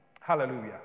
Hallelujah